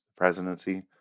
presidency